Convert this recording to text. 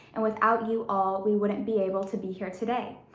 and without you all, we wouldn't be able to be here today.